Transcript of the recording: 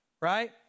right